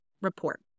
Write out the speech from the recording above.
report